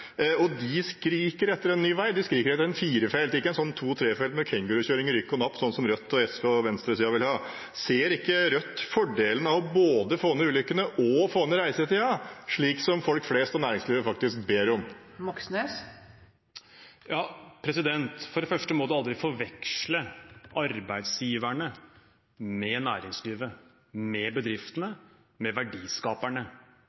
De skriker etter en ny vei. De skriker etter en firefelts vei, ikke en sånn to–trefelts vei med kengurukjøring i rykk og napp, som Rødt, Sosialistisk Venstreparti og venstresiden vil ha. Ser ikke Rødt fordelen av både å få ned ulykkene og å få ned reisetiden, slik folk flest og næringslivet faktisk ber om? For det første må man aldri forveksle arbeidsgiverne med næringslivet, med